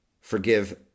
forgive